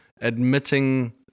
admitting